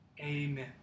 amen